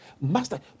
master